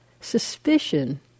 suspicion